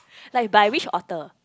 like by which author